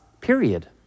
period